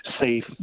safe